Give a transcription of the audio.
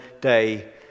day